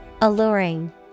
Alluring